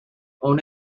own